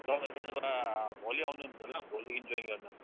ल ल त्यसो भए भोलि आउनु नि त ल भोलिदेखिन् जोइन गर्नु